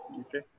Okay